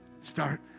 start